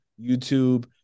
YouTube